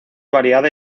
variada